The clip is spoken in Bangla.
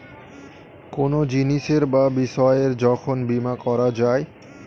কোনো জিনিসের বা বিষয়ের যখন বীমা করা যায়